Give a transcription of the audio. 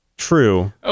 true